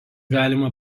galima